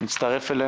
שהצטרף אלינו.